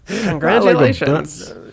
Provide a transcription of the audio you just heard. Congratulations